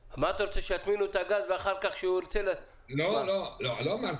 אם אתה מתכנן להקים את זה במשך שבע שנים ואחר-כך ליהנות ולהחזיר